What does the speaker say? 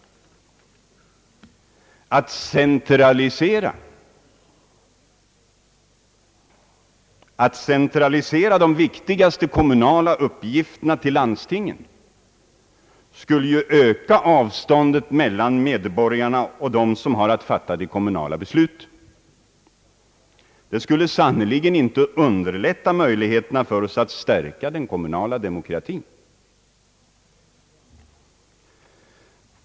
Att centralisera de viktigaste kommunala uppgifterna till landstingen skulle ju öka avståndet mellan medborgarna och dem som har att fatta de kommunala besluten. Detta skulle sannerligen inte underlätta möjligheterna för oss att stärka den kommunala demokratin.